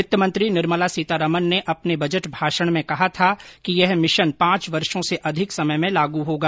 वित्त मंत्री निर्मला सीतारमन ने अपने बजट भाषण में कहा था कि यह मिशन पांच वर्षों से अधिक समय में लागू होगा